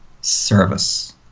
service